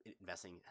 investing